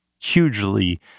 hugely